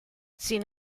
sin